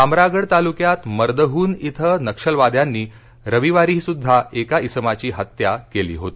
भामरागड तालुक्यात मर्दहून इथ नक्षलवाद्यांनी रविवारीही एका इसमाची हत्या केली होती